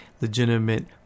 legitimate